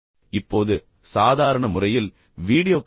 இப்போது சாதாரண முறையில் வீடியோக்களை என்